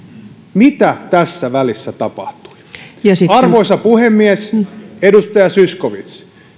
mitä tässä välissä tapahtui arvoisa puhemies edustaja zyskowicz